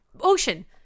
Ocean